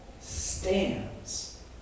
stands